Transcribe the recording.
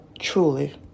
Truly